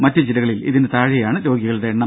മറ്റു ജില്ലകളിൽ ഇതിന് താഴെയാണ് രോഗികളുടെ എണ്ണം